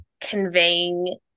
conveying